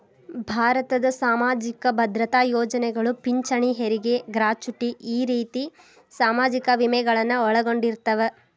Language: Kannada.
ಭಾರತದ್ ಸಾಮಾಜಿಕ ಭದ್ರತಾ ಯೋಜನೆಗಳು ಪಿಂಚಣಿ ಹೆರಗಿ ಗ್ರಾಚುಟಿ ಈ ರೇತಿ ಸಾಮಾಜಿಕ ವಿಮೆಗಳನ್ನು ಒಳಗೊಂಡಿರ್ತವ